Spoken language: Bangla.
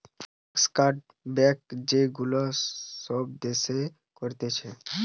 ট্যাক্স কাট, ব্রেক যে গুলা সব দেশের করতিছে